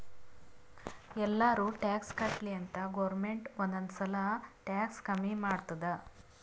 ಎಲ್ಲಾರೂ ಟ್ಯಾಕ್ಸ್ ಕಟ್ಲಿ ಅಂತ್ ಗೌರ್ಮೆಂಟ್ ಒಂದ್ ಒಂದ್ ಸಲಾ ಟ್ಯಾಕ್ಸ್ ಕಮ್ಮಿ ಮಾಡ್ತುದ್